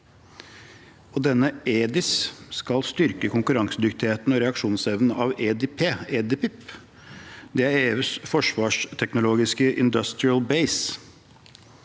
EDIS skal styrke konkurransedyktigheten og reaksjonsevnen av EDTIB. Det er EUs forsvarsteknologiske industrielle base.